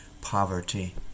poverty